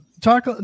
talk